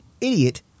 idiot